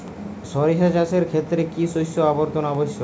সরিষা চাষের ক্ষেত্রে কি শস্য আবর্তন আবশ্যক?